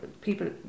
people